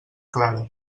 clara